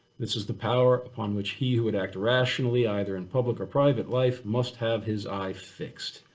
this is the power upon which he he would act rationally, either in public or private life must have his eye fixed.